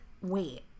wait